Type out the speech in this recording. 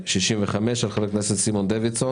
(פ/2422/65), של חבר הכנסת סימון דוידסון